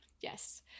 yes